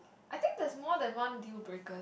I think there's more than one deal breakers